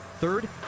Third